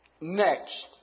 next